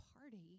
party